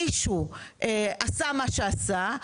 מישהו עשה מה שעשה,